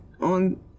on